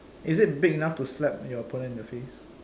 is it big enough to slap your opponent in the face